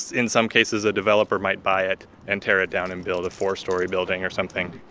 in some cases, a developer might buy it and tear it down and build a four-story building or something.